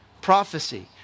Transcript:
prophecy